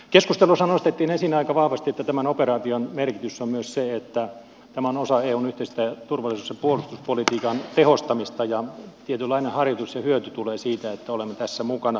keskustelussa nostettiin esiin aika vahvasti että tämän operaation merkitys on myös se että tämä on osa eun yhteistä turvallisuus ja puolustuspolitiikan tehostamista ja tietynlainen harjoitus ja hyöty tulee siitä että olemme tässä mukana